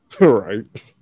Right